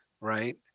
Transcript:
Right